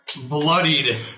bloodied